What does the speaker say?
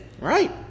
Right